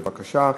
בבקשה.